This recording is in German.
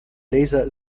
laser